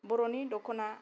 बर'नि दख'ना